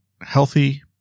healthy